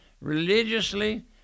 religiously